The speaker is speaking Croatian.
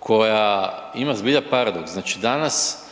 koja ima zbilja paradoks. Znači danas